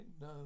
No